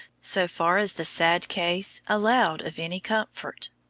so far as the sad case allowed of any comfort,